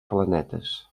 planetes